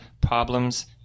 problems